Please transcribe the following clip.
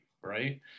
right